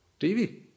TV